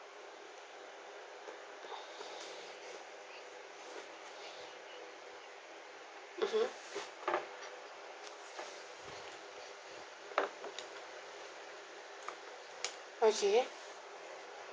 mmhmm okay